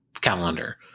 calendar